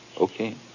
Okay